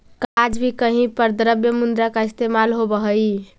का आज भी कहीं पर द्रव्य मुद्रा का इस्तेमाल होवअ हई?